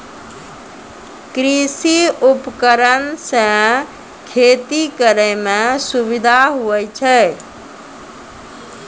कृषि उपकरण से खेती करै मे सुबिधा हुवै छै